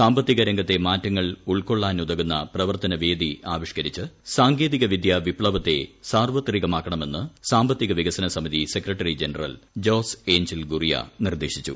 സാമ്പത്തിക രംഗത്തെ മാറ്റങ്ങൾ ഉൾക്കൊള്ളാനുതകുന്ന പ്രവർത്തന വേദിപ്പ് ആവിഷ്കരിച്ച് സാങ്കേതിക വിദ്യാ വിപ്തവത്തെ സാർവത്രികമാക്ക്ണമെന്ന് സാമ്പത്തിക വികസന സമിതി secretary general Jose Angel Gurria നിർദ്ദേശിച്ചു